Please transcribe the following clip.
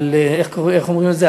איך אומרים את זה,